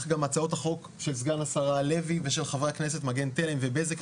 גם הצעות החוק של סגן השרה הלוי ושל ח"כ מגן תלם ובזק,